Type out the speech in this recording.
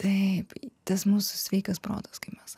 taip tas mūsų sveikas protas kai mes